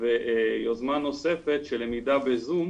ויוזמה נוספת של למידה בזום,